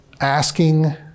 asking